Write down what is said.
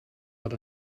hat